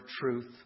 truth